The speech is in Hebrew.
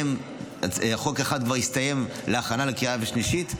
חוק אחד כבר הסתיים להכנה לקריאה שלישית,